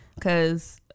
Cause